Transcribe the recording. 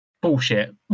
Bullshit